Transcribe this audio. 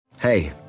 Hey